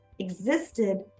existed